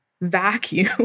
vacuum